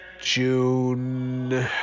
June